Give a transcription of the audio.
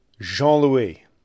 Jean-Louis